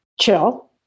chill